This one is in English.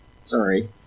Sorry